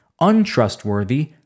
untrustworthy